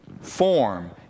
Form